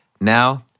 Now